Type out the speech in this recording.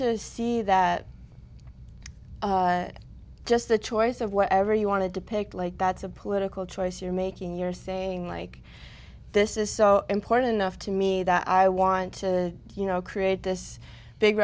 to see that just the choice of whatever you want to depict like that's a political choice you're making you're saying like this is so important enough to me that i want to you know create this big